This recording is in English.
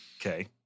Okay